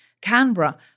Canberra